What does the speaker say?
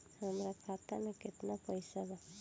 हमरा खाता मे केतना पैसा बा?